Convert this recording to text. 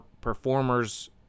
performers